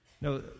No